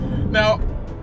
Now